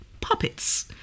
puppets